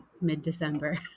mid-December